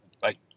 Bye